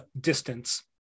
distance